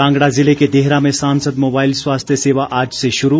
कांगड़ा ज़िले के देहरा में सांसद मोबाइल स्वास्थ्य सेवा आज से शुरू